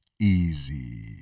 easy